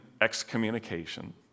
excommunication